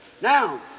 Now